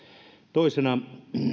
toisena